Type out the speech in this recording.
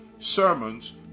sermons